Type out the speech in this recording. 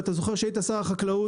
אתה זוכר, כשהיית שר החקלאות.